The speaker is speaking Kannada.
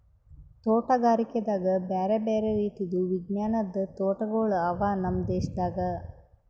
ತೋಟಗಾರಿಕೆದಾಗ್ ಬ್ಯಾರೆ ಬ್ಯಾರೆ ರೀತಿದು ವಿಜ್ಞಾನದ್ ತೋಟಗೊಳ್ ಅವಾ ನಮ್ ದೇಶದಾಗ್